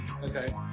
Okay